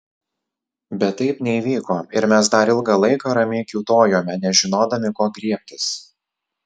bet taip neįvyko ir mes dar ilgą laiką ramiai kiūtojome nežinodami ko griebtis